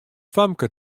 famke